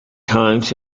times